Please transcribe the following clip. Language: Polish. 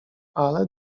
ale